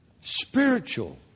Spiritual